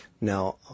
Now